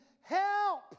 help